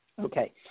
Okay